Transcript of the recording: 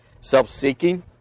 self-seeking